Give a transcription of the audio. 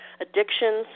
addictions